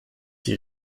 die